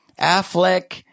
Affleck